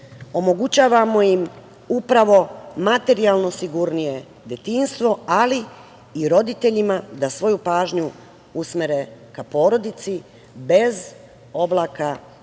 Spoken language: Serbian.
omogućavamo im upravo materijalno sigurnije detinjstvo, ali i roditeljima da svoju pažnju usmere ka porodici bez oblaka